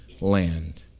land